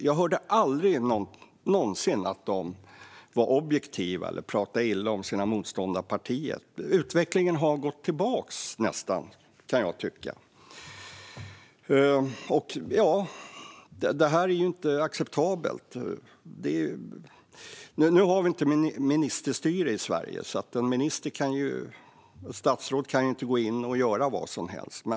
Jag hörde aldrig någonsin att de var subjektiva eller talade illa om sina motståndarpartier. Utvecklingen har nästan gått tillbaka, kan jag tycka. Detta är ju inte acceptabelt. Nu har vi inte ministerstyre i Sverige, så ett statsråd kan inte gå in och göra vad som helst.